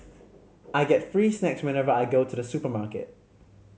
I get free snacks whenever I go to the supermarket